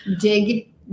dig